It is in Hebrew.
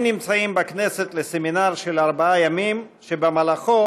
הם נמצאים בכנסת לסמינר של ארבעה ימים שבמהלכו